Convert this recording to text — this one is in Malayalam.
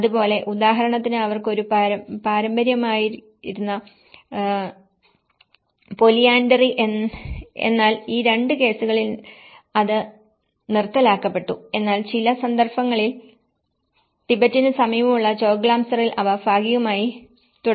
അത് പോലെ ഉദാഹരണത്തിന് അവർക്ക് ഒരു പാരമ്പര്യമായിരുന്ന പൊലിയാന്ഡറി എന്നാൽ ഈ 2 കേസുകളിൽ അത് നിർത്തലാക്കപ്പെട്ടു എന്നാൽ ചില സന്ദർഭങ്ങളിൽ ടിബറ്റന് സമീപമുള്ള ചോഗ്ലാംസാറിൽ അവ ഭാഗികമായി തുടർന്നു